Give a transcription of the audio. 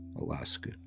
Alaska